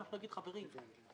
אנחנו נגיד: חברים,